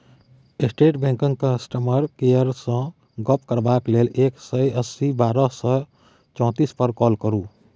state बैंकक customer केयरसँ गप्प करबाक लेल एक सय अस्सी बारह सय चौतीस पर काँल करु